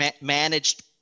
Managed